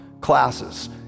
classes